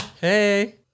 Hey